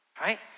right